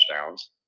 touchdowns